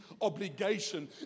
obligation